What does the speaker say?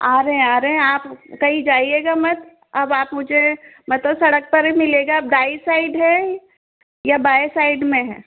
आ रहे हैं आ रहे हैं आप कहीं जाइएगा मत अब आप मुझे मतलब सड़क पर ही मिलिएगा आप दाएं साइड हैं या बाएं साइड में हैं